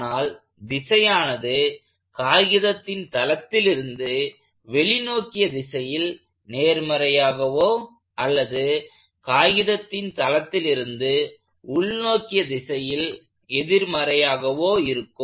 ஆனால் திசையானது காகிதத்தின் தளத்திலிருந்து வெளி நோக்கிய திசையில் நேர்மறையாகவோ அல்லது காகிதத்தின் தளத்திலிருந்து உள் நோக்கிய திசையில் எதிர்மறையாகவோ இருக்கும்